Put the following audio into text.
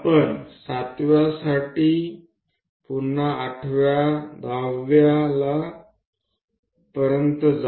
आपण सातव्यासाठी पुन्हा 8 व्या 9 वीला 10 वी पर्यंत जाऊ